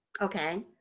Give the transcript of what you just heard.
Okay